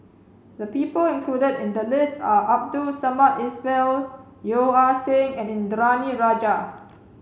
the people included in the list are Abdul Samad Ismail Yeo Ah Seng and Indranee Rajah